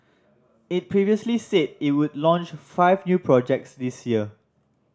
it previously said it would launch five new projects this year